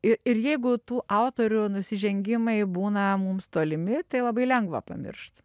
i ir jeigu tų autorių nusižengimai būna mums tolimi tai labai lengva pamiršt